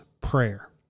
prayer